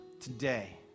Today